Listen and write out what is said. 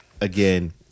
Again